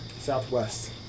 southwest